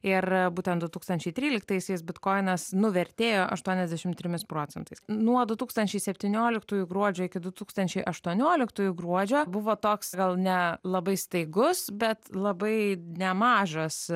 ir būtent du tūkstančiai tryliktaisiais bitkoinas nuvertėjo aštuoniasdešimt trim procentais nuo du tūkstančiai septynioliktųjų gruodžio iki du tūkstančiai aštuonioliktųjų gruodžio buvo toks gal ne labai staigus bet labai nemažas